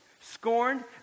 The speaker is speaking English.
scorned